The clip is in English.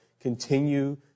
continue